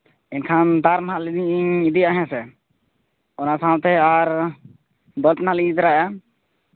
ᱮᱱᱠᱷᱟᱱ ᱛᱟᱨ ᱢᱟ ᱞᱟᱹᱭ ᱫᱟᱹᱧ ᱤᱧᱤᱧ ᱤᱫᱤᱭᱟ ᱦᱮᱸ ᱥᱮ ᱚᱱᱟ ᱥᱟᱶᱛᱮ ᱟᱨ ᱵᱞᱟᱵ ᱦᱟᱸᱜ ᱞᱤᱧ ᱤᱫᱤ ᱛᱚᱨᱟᱭᱮᱜᱼᱟ